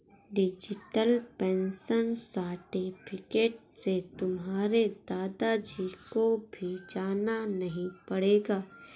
digital pension certificate से तुम्हारे दादा जी को भी जाना नहीं पड़ेगा